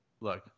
look